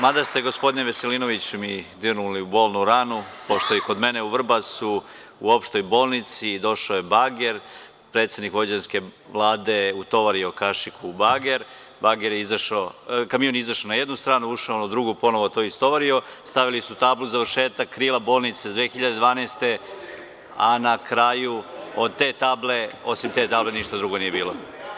Mada ste me, gospodine Veselinoviću, dirnuli u bolnu ranu, pošto je i kod mene u Vrbasu u opštoj bolnici došao bager, predsednik vojvođanske Vlade je utovario kašiku u bager, kamion je izašao na jednu stranu, a ušao na drugu i ponovo to istovario, stavili su tablu – završetak krila bolnice 2012. godine, a na kraju, osim te table, ništa drugo nije bilo.